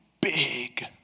big